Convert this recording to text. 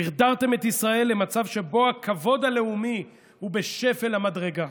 דרדרתם את ישראל למצב שבו הכבוד הלאומי הוא בשפל המדרגה.